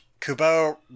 Kubo